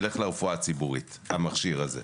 זה ילך לרפואה הציבורית, המכשיר הזה.